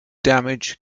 damage